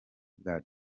bwa